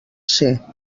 ser